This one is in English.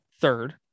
third